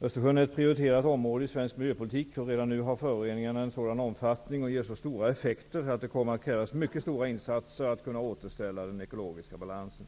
Östersjön är ett prioriterat område i svensk miljöpolitik. Redan nu har föroreningarna en sådan omfattning och ger så stora effekter att det kommer att krävas mycket stora insatser för att kunna återställa den ekologiska balansen.